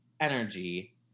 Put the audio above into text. energy